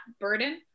burden